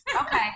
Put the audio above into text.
Okay